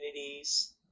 communities